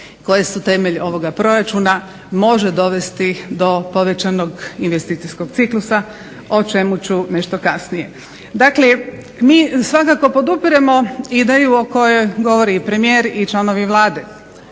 koje su temelj ovoga proračuna može dovesti do povećanog investicijskog ciklusa o čemu ću nešto kasnije. Dakle, mi svakako podupiremo ideju o kojoj govori i premijer i članovi Vlade,